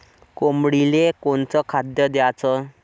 कोंबडीले कोनच खाद्य द्याच?